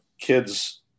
kids